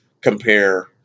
compare